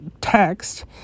text